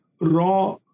raw